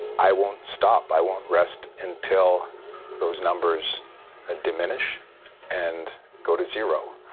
i won't stop, i won't rest until those numbers ah diminish and go to zero.